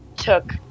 took